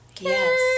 Yes